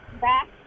back